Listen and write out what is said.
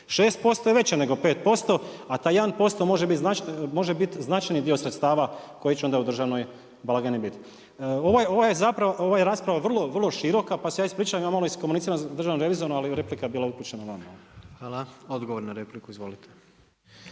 6% je veća nego 5% a taj 1% može biti značajni dio sredstava koji će onda u državnoj blagajni biti. Ova je rasprava vrlo široka, pa se ja ispričavam, ja malo iskomuniciramo sa Državnom revizijom, ali replika je bila upućena vama. **Jandroković, Gordan